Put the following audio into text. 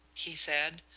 he said.